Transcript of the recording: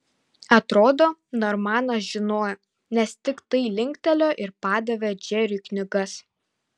atrodo normanas žinojo nes tiktai linktelėjo ir padavė džeriui knygas